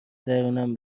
درونم